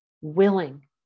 willing